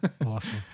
Awesome